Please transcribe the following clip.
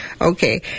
Okay